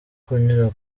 kunyura